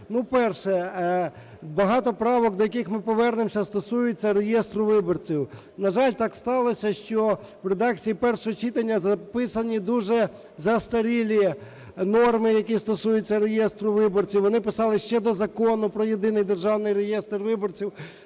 Перше. Багато правок, до яких ми повернемося, стосуються реєстру виборців. На жаль, так сталося, що в редакції першого читання записані дуже застарілі норми, які стосуються реєстру виборців. Вони писалися ще до Закону про єдиний Державний реєстр виборців.